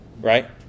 right